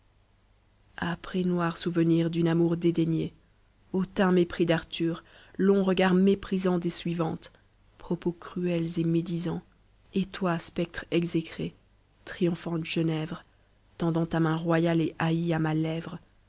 et noir souvenir d'une amour dédaignée hautain mépris d'arthur longs regards méprisants des suivantes propos cruels et médisants et toi spectre exécré triomphante genévre tendant ta main royale et